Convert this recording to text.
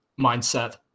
mindset